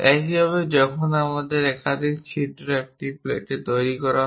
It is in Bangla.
একইভাবে যখনই এই একাধিক ছিদ্র একটি প্লেটে তৈরি করা হয়